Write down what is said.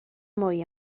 mwy